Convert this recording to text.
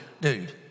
dude